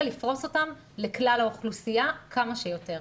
לפרוש אותן לכלל האוכלוסייה כמה שיותר.